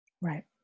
Right